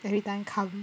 every time come